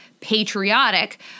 patriotic